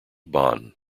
bonn